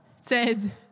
says